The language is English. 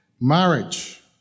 Marriage